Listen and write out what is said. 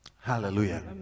hallelujah